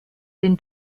den